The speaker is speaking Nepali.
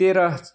तेह्र